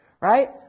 right